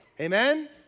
Amen